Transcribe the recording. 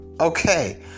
Okay